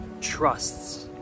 trusts